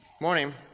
Morning